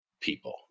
people